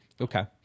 okay